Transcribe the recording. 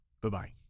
Bye-bye